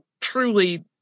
truly